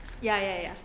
ya ya ya